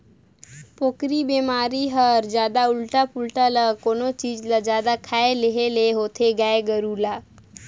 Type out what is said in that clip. पोकरी बेमारी हर जादा उल्टा पुल्टा य कोनो चीज ल जादा खाए लेहे ले होथे गाय गोरु ल